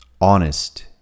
honest